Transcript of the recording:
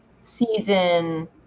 season